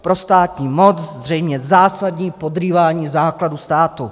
Pro státní moc zřejmě zásadní podrývání základů státu.